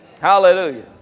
Hallelujah